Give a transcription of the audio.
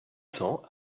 cents